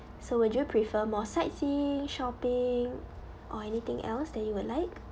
so would you prefer more sightseeing shopping or anything else that you would like